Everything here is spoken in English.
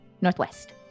northwest